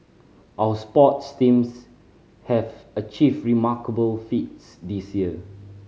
our sports teams have achieved remarkable feats this year